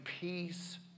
peace